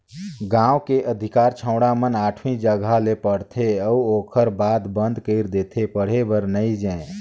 गांव के अधिकार छौड़ा मन आठवी जघा ले पढ़थे अउ ओखर बाद बंद कइर देथे पढ़े बर नइ जायें